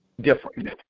different